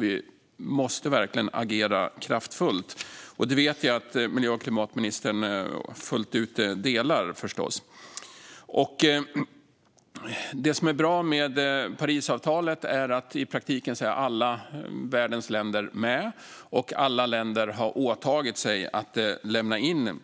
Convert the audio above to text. Vi måste därför verkligen agera kraftfullt. Det vet jag att miljö och klimatministern fullt ut håller med om. Det som är bra med Parisavtalet är att i praktiken alla världens länder är med och att alla länder har åtagit sig att lämna in